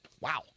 Wow